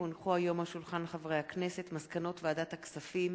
כי הונחו היום על שולחן הכנסת מסקנות ועדת הכספים